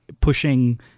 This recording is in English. pushing